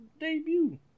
debut